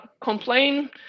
complain